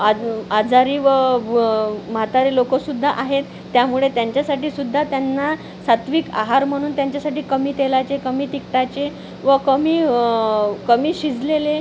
आज आजारी व व म्हातारे लोकसुद्धा आहेत त्यामुळे त्यांच्यासाठी सुद्धा त्यांना सात्विक आहार म्हणून त्याच्यासाठी कमी तेलाचे कमी तिखटाचे व कमी कमी शिजलेले